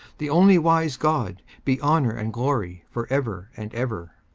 the only wise god, be honour and glory for ever and ever.